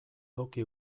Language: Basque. toki